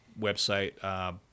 website